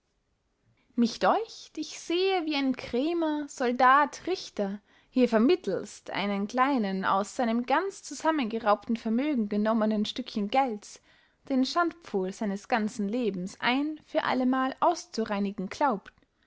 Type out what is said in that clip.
mich deucht ich sehe wie ein krämer soldat richter hier vermittelst eines kleinen aus seinem ganzen zusammengeraubten vermögen genommenen stückchen gelds den schandpful seines ganzen lebens ein für allemal auszureinigen glaubt